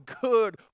good